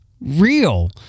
real